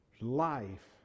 life